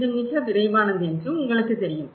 இது மிக விரைவானது என்று உங்களுக்குத் தெரியும்